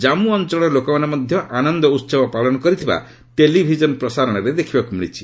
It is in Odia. ଜାମ୍ଗୁ ଅଞ୍ଚଳର ଲୋକମାନେ ମଧ୍ୟ ଆନନ୍ଦ ଉତ୍ସବ ପାଳନ କରିଥିବା ଟେଲିଭିଜନ ପ୍ରସାରଣରେ ଦେଖିବାକୁ ମିଳିଛି